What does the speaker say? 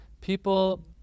People